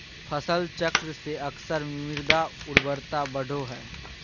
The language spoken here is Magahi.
फसल चक्र से अक्सर मृदा उर्वरता बढ़ो हइ